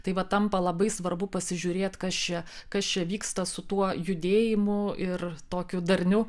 tai va tampa labai svarbu pasižiūrėti kas čia kas čia vyksta su tuo judėjimu ir tokiu darniu